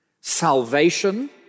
salvation